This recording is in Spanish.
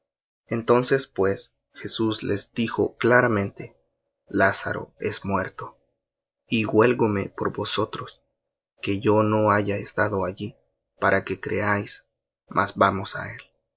entonces pues jesús les dijo claramente lázaro es muerto y huélgome por vosotros que yo no haya estado allí para que creáis mas vamos á él